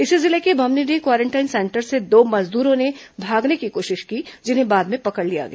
इसी जिले के बम्हनीडीह क्वारेंटाइन सेंटर से दो मजदूरों ने भागने की कोशिश की जिन्हें बाद में पकड़ लिया गया